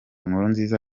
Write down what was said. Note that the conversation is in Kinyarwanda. nkurunziza